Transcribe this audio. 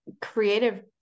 creative